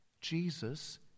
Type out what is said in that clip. Jesus